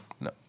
No